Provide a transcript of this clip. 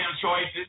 choices